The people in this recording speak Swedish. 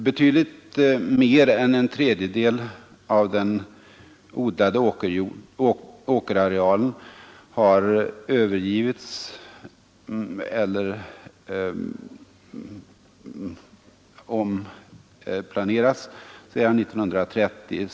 Betydligt mer än en tredjedel av den odlade åkerarealen har övergivits eller planterats med skog sedan 1930.